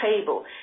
table